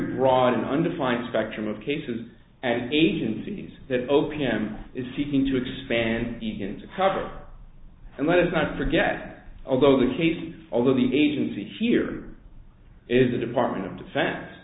broad and undefined spectrum of cases and agencies that o p m is seeking to expand into cover and let us not forget although the case although the agency here is the department of defen